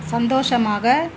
சந்தோஷமாக